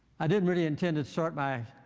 i didn't really intend to start my